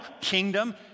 kingdom